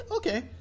Okay